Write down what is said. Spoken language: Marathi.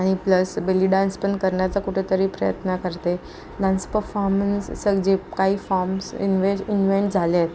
आणि प्लस बेली डान्स पण करण्याचा कुठंतरी प्रयत्न करते डान्स पफॉमन्स स जे काही फॉर्मस इनवे इन्व्हेंट झाले आहेत